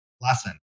lesson